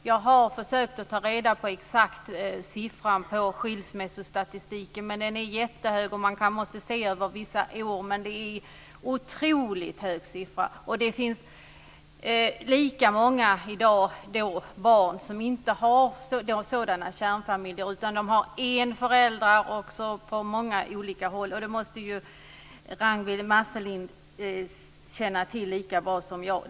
Jag har försökt ta reda på exakta siffror när det gäller skilsmässostatistiken. De är jättehöga, och man måste se över vissa år. Det är en otroligt hög siffra. Det finns i dag lika många barn som inte har sådana kärnfamiljer. De har en förälder, eller så bor föräldrarna på olika håll. Det måste Ragnwi Marcelind känna till lika bra som jag.